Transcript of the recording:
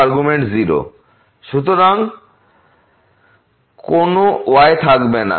সুতরাং কোন y থাকবে না